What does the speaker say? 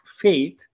faith